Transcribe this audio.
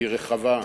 היא רחבה,